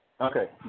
Okay